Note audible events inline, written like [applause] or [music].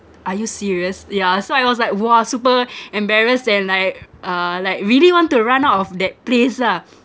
are you serious yeah so I was like !wah! super embarrassed and like uh like really want to run out of that place ah [noise]